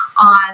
on